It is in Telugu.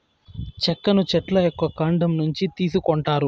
చెక్కను చెట్ల యొక్క కాండం నుంచి తీసుకొంటారు